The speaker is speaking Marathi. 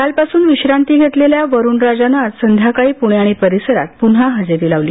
कालपासून विश्रांती घेतलेल्या वरूण राजानं आज संध्याकाळी पुणे आणि परिसरात पुन्हा हजेरी लावली